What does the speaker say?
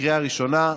לקריאה ראשונה.